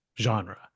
genre